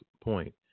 point